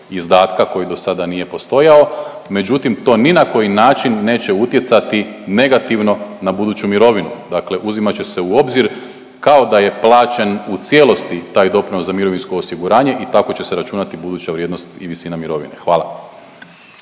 izdatka koji do sada nije postojao. Međutim, to ni na koji način neće utjecati negativno na buduću mirovinu. Dakle uzimat će se u obzir kao da je plaćen u cijelosti taj doprinos za mirovinsko osiguranje i takov će se računati buduća vrijednost i visina mirovine. Hvala.